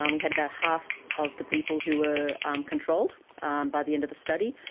um we had about half of the people who were um controlled um by the end of the study.